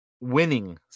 winning